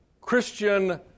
Christian